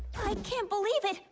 i can't believe it.